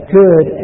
good